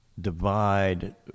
divide